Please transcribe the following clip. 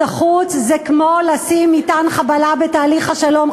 החוץ זה כמו לשים מטען חבלה בתהליך השלום,